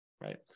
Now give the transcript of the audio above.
Right